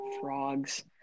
Frogs